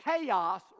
chaos